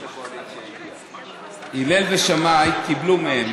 "הלל ושמאי קיבלו מהם.